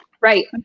right